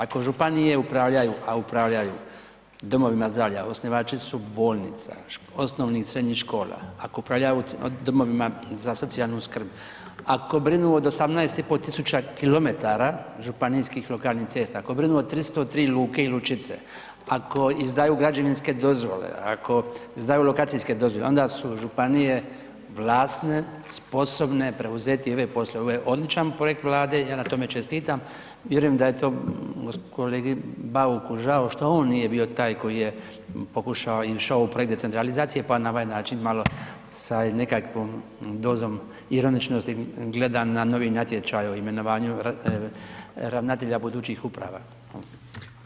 Ako županije upravljaju a upravljaju domovima zdravlja, osnivači su bolnica, osnovnih i srednjih škola, ako upravljaju domovina za socijalnu skrb, ako brinu o 18 500 km županijskih lokalnih cesta, ako brinu o 303 luke i lučice, ako izdaju građevinske dozvole, ako izdaju lokacijske dozvole, onda su županije vlasne, sposobne preuzeti i ove poslove, ovo je odličan projekt Vlade i ja na tome čestitam, vjerujem da je to kolegi Bauku žao što on nije bio taj koji je pokušao i išao u projekt decentralizacije pa na ovaj način malo sa nekakvom dozom ironičnosti gleda na novi natječaj o imenovanju ravnatelja budućih uprava.